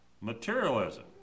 materialism